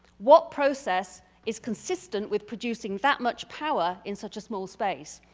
what process is consistent with producing that much power in such a small space?